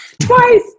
Twice